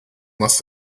must